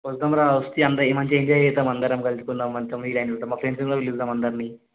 వద్దాంరా వస్తే అంతా మంచిగా ఎంజాయ్ చేద్దాం అందరం కలుసుకుందాము మొత్తం విలైనంత బాగా ఫ్రెండ్స్ని కూడా పిలుద్దాము అందరిని